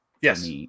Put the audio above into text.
Yes